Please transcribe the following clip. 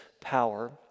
power